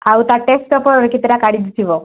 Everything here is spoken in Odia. ଆଉ ତା' ଟେଷ୍ଟ୍ପେପର୍ କେତେଟା କାଢ଼ି ଦେଇଥିବ